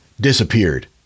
Disappeared